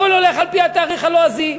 הכול הולך על-פי התאריך הלועזי.